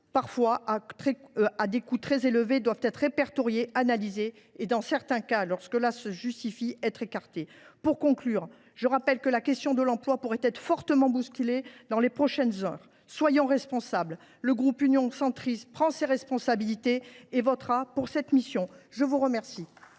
parfois très élevé, doivent être répertoriées, analysées et, dans certains cas, lorsque cela se justifie, écartées. Pour conclure, je rappelle que la question de l’emploi pourrait être fortement bousculée dans les prochaines heures. Soyons responsables ! Le groupe Union Centriste, lui, prend ses responsabilités ; il votera pour cette mission. La parole